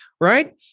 right